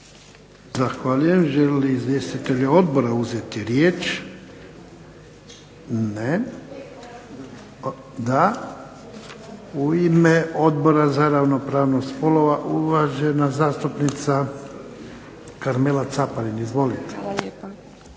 Zahvaljujem. Žele li izvjestitelji odbora uzeti riječ? Ne. Da. U ime Odbora za ravnopravnost spolova uvažena zastupnica Karmela Caparin.